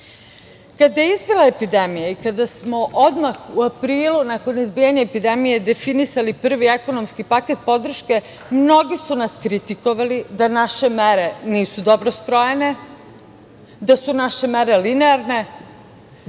je izbila epidemija i kada smo odmah, u aprilu, nakon izbijanja epidemije, definisali prvi ekonomski paket podrške, mnogi su nas kritikovali da naše mere nisu dobro skrojene, da su naše mere linearne,